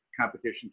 competition